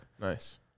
Nice